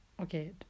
okay